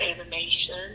animation